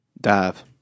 Dive